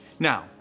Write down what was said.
Now